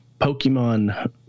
Pokemon